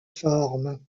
formes